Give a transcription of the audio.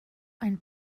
ein